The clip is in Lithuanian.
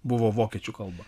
buvo vokiečių kalba